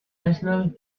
national